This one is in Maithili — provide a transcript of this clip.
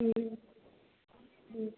हुं हुं